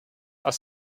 are